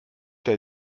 der